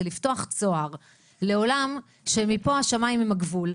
זה לפתוח צוהר לעולם שמפה השמיים הם הגבול.